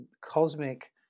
cosmic